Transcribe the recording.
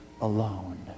alone